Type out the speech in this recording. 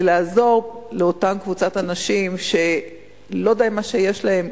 לעזור לאותה קבוצת אנשים שלא די מה שיש להם,